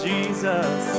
Jesus